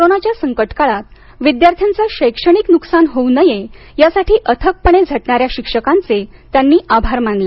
कोरोनाच्या संकटकाळात विद्यार्थ्यांचं शैक्षणिक नुकसान होऊ नये यासाठी अथकपणे झटणाऱ्या शिक्षकांचे त्यांनी आभार मानले